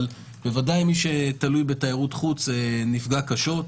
אבל בוודאי מי שתלוי בתיירות חוץ נפגע קשות,